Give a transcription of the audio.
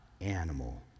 animal